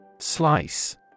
slice